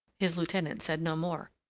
his lieutenant said no more.